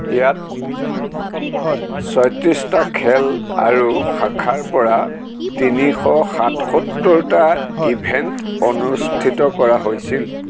ইয়াত ছয়ত্ৰিছটা খেল আৰু শাখাৰপৰা তিনিশ সাতসত্তৰটা ইভেণ্ট অনুষ্ঠিত কৰা হৈছিল